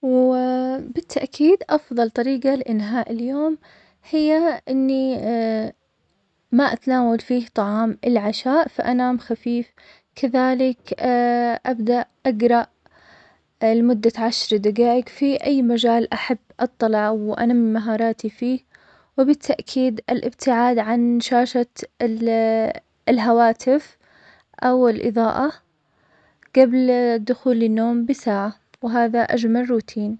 و بالتأكيد أفضل طريقة لإنهاء اليوم, هي إني ما اتناول فيه طعام العشاء, فأنام خفيف, كذلك أبدأ أقرأ لمدة عشر دقايق في أي مجال أحب أطلع وأنمي مهاراتي فيه, وبالتأكيد الإبتعاد عن شاشة ال- الهواتف أو الإضاءة قبل الدخول للنوم بساعة, وهذا أجمل روتين.